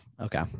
okay